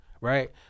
right